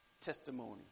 testimony